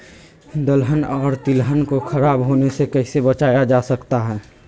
दलहन और तिलहन को खराब होने से कैसे बचाया जा सकता है?